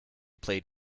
played